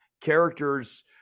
characters